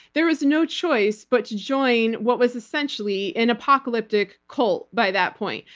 there was no choice but to join what was essentially an apocalyptic cult by that point.